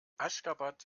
aşgabat